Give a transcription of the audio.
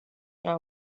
know